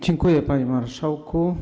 Dziękuję, panie marszałku.